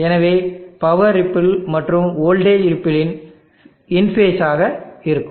எனவே power ripple மற்றும் voltage ripple இன் ஃபேஸ் ஆக இருக்கும்